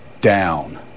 down